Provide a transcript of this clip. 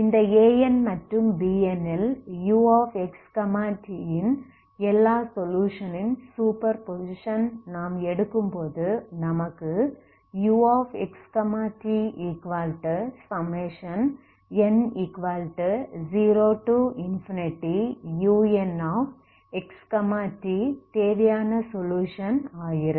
இந்த An மற்றும் Bn ல் uxt ன் எல்லா சொலுயுஷன் ன் சூப்பர் பொசிசன் நாம் எடுக்கும் போது நமக்கு uxtn0unxt தேவையான சொலுயுஷன் ஆகிறது